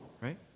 right